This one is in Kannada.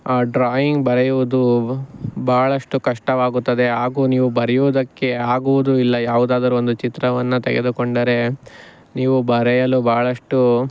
ಡ್ರಾಯಿಂಗ್ ಬರೆಯುವುದು ಬಹಳಷ್ಟು ಕಷ್ಟವಾಗುತ್ತದೆ ಹಾಗೂ ನೀವು ಬರೆಯೂದಕ್ಕೆ ಆಗುವುದು ಇಲ್ಲ ಯಾವುದಾದರು ಒಂದು ಚಿತ್ರವನ್ನು ತೆಗೆದುಕೊಂಡರೆ ನೀವು ಬರೆಯಲು ಬಹಳಷ್ಟು